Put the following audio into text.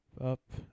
up